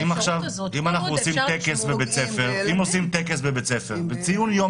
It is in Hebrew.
אם אנחנו עושים טקס בבית ספר לציון יום